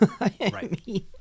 Right